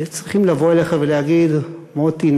צריכים לבוא אליך ולהגיד: מוטי,